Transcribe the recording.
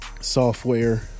software